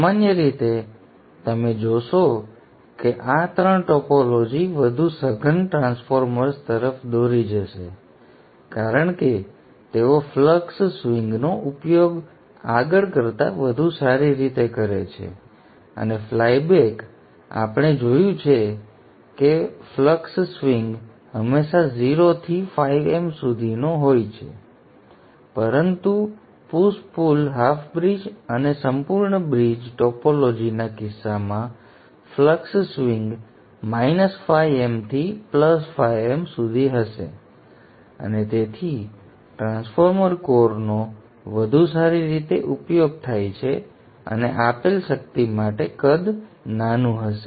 સામાન્ય રીતે તમે જોશો કે આ ત્રણ ટોપોલોજી વધુ સઘન ટ્રાન્સફોર્મર્સ તરફ દોરી જશે કારણ કે તેઓ ફ્લક્સ સ્વિંગ નો ઉપયોગ આગળ કરતા વધુ સારી રીતે કરે છે અને ફ્લાય બેક આપણે જોયું કે ફ્લક્સ સ્વિંગ હંમેશા 0 થી m સુધીનો હતો પરંતુ પુશ પુલ હાફ બ્રિજ અને સંપૂર્ણ બ્રિજ ટોપોલોજીના કિસ્સામાં ફ્લક્સ સ્વિંગ m થી m સુધી હશે અને તેથી ટ્રાન્સફોર્મર કોર નો વધુ સારી રીતે ઉપયોગ થાય છે અને આપેલ શક્તિ માટે કદ નાનું હશે